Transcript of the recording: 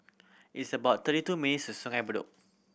it's about thirty two minutes to Sungei Bedok